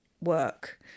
work